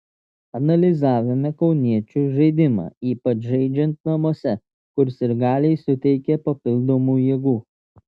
analizavome kauniečių žaidimą ypač žaidžiant namuose kur sirgaliai suteikia papildomų jėgų